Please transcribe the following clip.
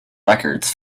records